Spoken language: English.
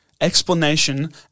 explanation